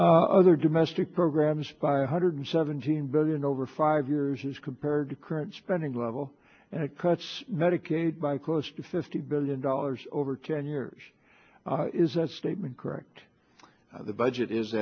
cuts other domestic programs by one hundred seventeen billion over five years as compared to current spending level and it cuts medicaid by close to fifty billion dollars over ten years is that statement correct the budget is